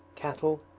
cattle,